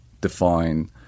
define